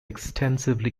extensively